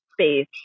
space